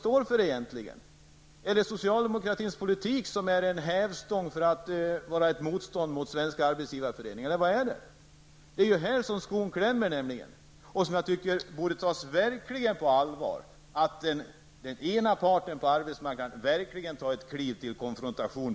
Handlar det om en socialdemokratisk politik i form av en hävstång som är till för att bjuda Svenska arbetsgivareföreningen ett motstånd, eller vad handlar det om? Det är ju här som skon klämmer. Jag tycker att man verkligen borde beakta att den ena parten på arbetsmarknaden på allvar tar ett kliv mot konfrontation.